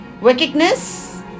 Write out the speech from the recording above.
Wickedness